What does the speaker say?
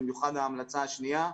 במיוחד ההמלצה השנייה,